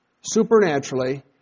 Supernaturally